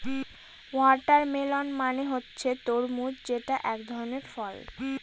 watermelon মানে হচ্ছে তরমুজ যেটা এক ধরনের ফল